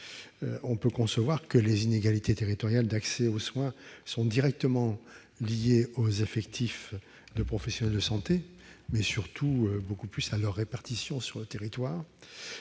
on peut concevoir que les inégalités territoriales d'accès aux soins soient directement liées aux effectifs de professionnels de santé- surtout à leur répartition sur le territoire